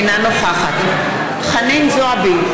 אינה נוכחת חנין זועבי,